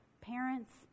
parents